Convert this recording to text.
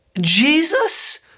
Jesus